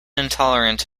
intolerant